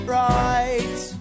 right